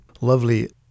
Lovely